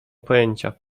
pojęcia